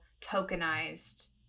tokenized